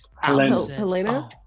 Helena